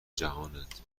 جهانند